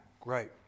Great